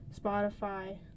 spotify